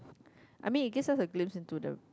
I mean it gives us a glimpse into the